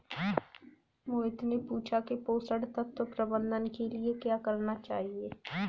मोहित ने पूछा कि पोषण तत्व प्रबंधन के लिए क्या करना चाहिए?